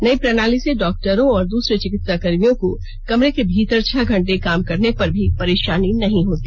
नयी प्रणाली से डॉक्टरों और दूसरे चिकित्साकर्मियों को कमरे के भीतर छह घंटे काम करने पर भी परेशानी नहीं होती